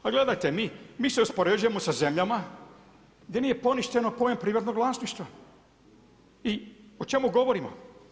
Pa gledajte mi se uspoređujemo sa zemljama gdje nije poništeno poen privatnog vlasništva i o čemu govorimo?